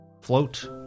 float